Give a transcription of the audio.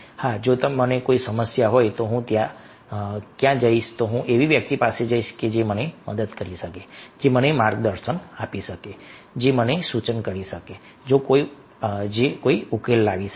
હા જો મને કોઈ સમસ્યા હોય તો હું ક્યાં જઈશ હું એવી વ્યક્તિ પાસે જઈશ જે મને મદદ કરી શકે જે મને માર્ગદર્શન આપી શકે જે મને સૂચન કરી શકે જે કોઈ ઉકેલ શોધી શકે